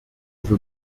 wir